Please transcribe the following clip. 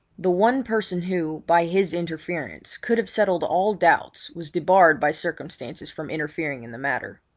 the one person who, by his interference, could have settled all doubts was debarred by circumstances from interfering in the matter.